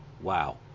wow